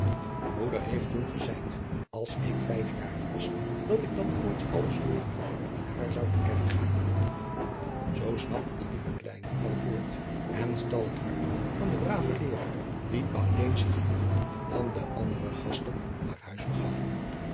moeder heeft toen gezeid als ik vijf jaren was dat ik dan voorts alle zondagen met haar zou te kerk gaan zoo snapte de lieve kleine al voort en stal het hart van den braven adriaan loosjes pzn het leven van hillegonda buisman leeraar die alleen zich vroeger dan de andere gasten naar huis begaf